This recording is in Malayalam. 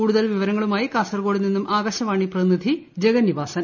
കൂടുതൽ വിവരങ്ങളുമായി കാസർഗോഡ് നിന്നും ആകാശവാണി പ്രതിനിധി ജഗന്നിവാസൻ